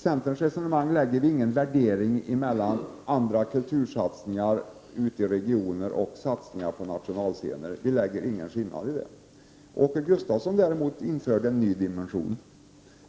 Centern gör i sina resonemang ingen skillnad mellan kultursatsningar ute i regioner och satsningar på nationalscener. Åke Gustavsson införde däremot en ny dimension.